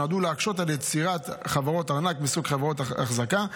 שנועדו להקשות על יצירת חברות ארנק מסוג חברות החזקה.